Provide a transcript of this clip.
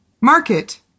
Market